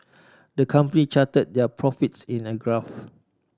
the company charted their profits in a graph